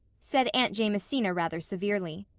said aunt jamesina rather severely.